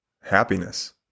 happiness